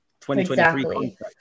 2023